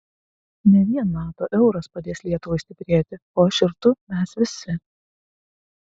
ne vien nato euras padės lietuvai stiprėti o aš ir tu mes visi